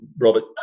robert